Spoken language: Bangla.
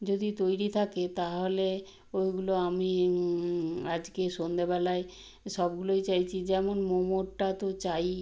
যদি তৈরি থাকে তাহলে ওগুলো আমি আজকে সন্দেবেলায় সবগুলোই চাইছি যেমন মোমোটা তো চাইই